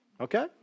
Okay